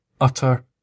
utter